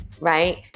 right